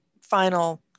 final